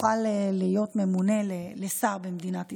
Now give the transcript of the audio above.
יוכל להיות ממונה לשר במדינת ישראל.